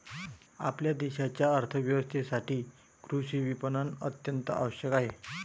आपल्या देशाच्या अर्थ व्यवस्थेसाठी कृषी विपणन अत्यंत आवश्यक आहे